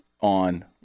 on